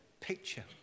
picture